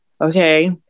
okay